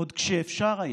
עוד כשאפשר היה,